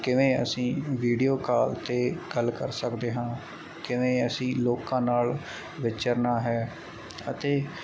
ਕਿਵੇਂ ਅਸੀਂ video call ਤੇ ਗੱਲ ਕਰ ਸਕਦੇ ਹਾਂ ਕਿਵੇਂ ਅਸੀਂ ਲੋਕਾਂ ਨਾਲ ਵਿਚਰਨਾ ਹੈ ਅਤੇ